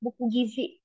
Bukugizi